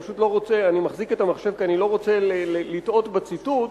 אני מחזיק את המחשב כי אני לא רוצה לטעות בציטוט,